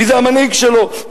מי זה המנהיג שלו,